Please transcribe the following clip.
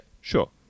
sure